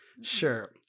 Sure